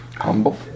Humble